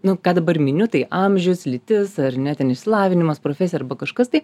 nu ką dabar miniu tai amžius lytis ar ne ten išsilavinimas profesija arba kažkas tai